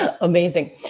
Amazing